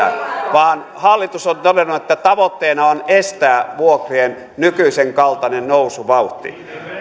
vaan hallitus on todennut että tavoitteena on estää vuokrien nykyisenkaltainen nousuvauhti